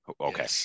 Okay